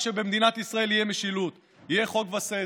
שבמדינת ישראל תהיה משילות ויהיו חוק וסדר.